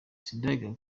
sindayigaya